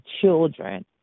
children